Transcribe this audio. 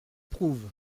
prouve